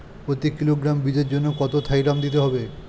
প্রতি কিলোগ্রাম বীজের জন্য কত থাইরাম দিতে হবে?